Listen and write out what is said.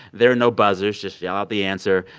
there are no buzzers. just yell out the answer.